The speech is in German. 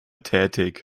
tätig